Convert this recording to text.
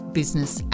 business